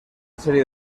serie